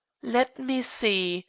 let me see,